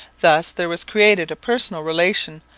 thus there was created a personal relation,